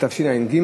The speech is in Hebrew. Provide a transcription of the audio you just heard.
התשע"ג.